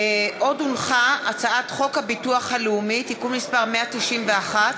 הצעת חוק הביטוח הלאומי (תיקון מס' 191),